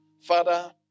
Father